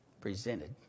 presented